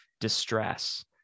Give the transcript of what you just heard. distress